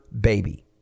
baby